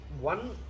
one